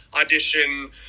audition